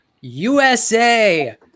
USA